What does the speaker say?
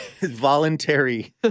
voluntary